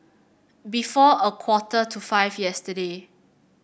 before a quarter to five yesterday